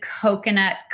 coconut